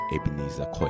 Ebenezer